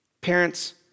Parents